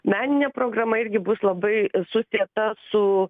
meninė programa irgi bus labai susieta su